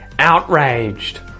Outraged